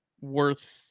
worth